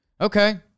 okay